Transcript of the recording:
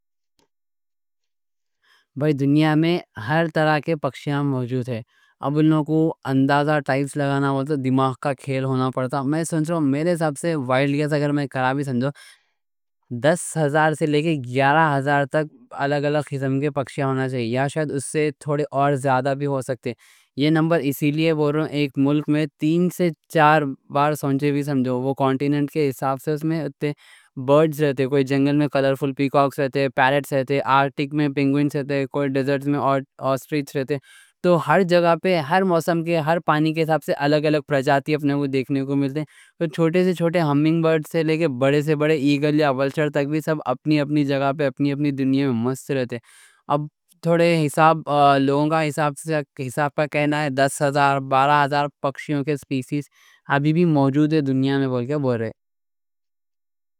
بھئی دنیا میں ہر طرح کے پکشیاں موجود ہیں۔ اب ان لوگوں کو ٹائپس کا اندازہ لگانا دماغ کا کھیل ہونا پڑتا۔ میں سنجھو میرے حساب سے وائلڈ گیس اگر میں کروں تو دس ہزار سے لے کے گیارہ ہزار تک الگ الگ قسم کے پکشیاں، یا شاید اس سے تھوڑے اور زیادہ بھی ہو سکتے۔ یہ نمبر اسی لیے بول رہا ہوں، ایک ملک میں تین سے چار سنجھو، وہ کانٹیننٹ کے حساب سے اس میں اتے برڈز رہتے۔ کوئی جنگل میں کلر فل پی کاکس رہتے، پیرٹس رہتے، آرکٹک میں پنگوئنز رہتے، ڈیزرٹ میں آسٹرچز رہتے۔ تو ہر جگہ پہ، ہر موسم کے، ہر پانی کے حساب سے الگ الگ پرجاتی اپنے کو دیکھنے کو ملتے۔ چھوٹے سے چھوٹے ہمنگ برڈز سے لے کے بڑے سے بڑے ایگل یا ولچر تک بھی سب اپنی اپنی جگہ پہ اپنی اپنی دنیا میں مست رہتے۔ لوگوں کا حساب کا کہنا ہے دس ہزار بارہ ہزار پکشیوں کے سپیسیز ابھی بھی موجود دنیا میں بولے۔